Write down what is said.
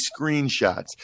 screenshots